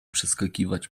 przeskakiwać